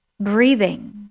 breathing